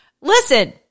Listen